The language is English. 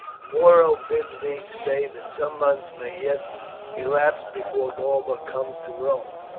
muro bids me say that some months may yet elapse before galba comes to rome